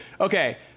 Okay